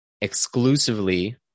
exclusively